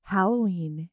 Halloween